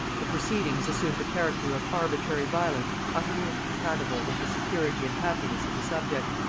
the proceedings assumed a character of arbitrary violence utterly incompatible with the security and happiness of the subject,